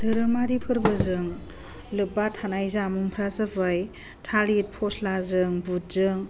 धोरोमारि फोरबोजों लोब्बा थानाय जामुंफ्रा जाबाय थालिर फस्लाजों बुदजों